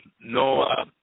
no